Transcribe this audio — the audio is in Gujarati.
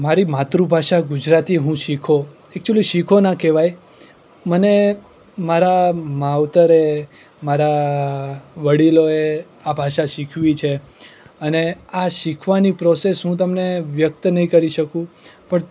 મારી માતૃભાષા ગુજરાતી હું શીખ્યો એક્ચુલ્લી શીખ્યો ના કહેવાય મને મારા માવતરે મારા વડીલોએ આ ભાષા શીખવી છે અને આ શીખવાની પ્રોસેસ હું તમને વ્યક્ત નહીં કરી શકું પણ